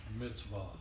mitzvah